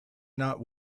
not